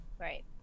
Right